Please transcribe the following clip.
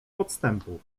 podstępu